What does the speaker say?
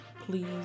Please